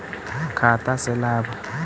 खाता से लाभ?